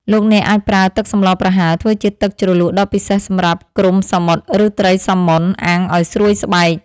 លោកអ្នកអាចប្រើទឹកសម្លប្រហើរធ្វើជាទឹកជ្រលក់ដ៏ពិសេសសម្រាប់គ្រំសមុទ្រឬត្រីសាម៉ុនអាំងឱ្យស្រួយស្បែក។